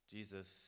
Jesus